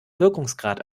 wirkungsgrad